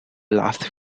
loft